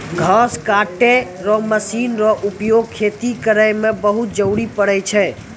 घास कटै रो मशीन रो उपयोग खेती करै मे बहुत जरुरी पड़ै छै